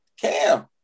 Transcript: Cam